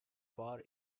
bar